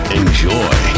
enjoy